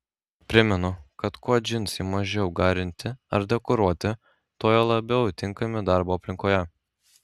primenu kad kuo džinsai mažiau garinti ar dekoruoti tuo jie labiau tinkami darbo aplinkoje